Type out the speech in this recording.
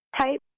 type